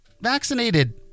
vaccinated